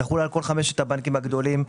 תחול על כל חמשת הבנקים הגדולים,